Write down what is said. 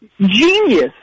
genius